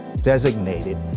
designated